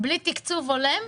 בלי תקצוב הולם,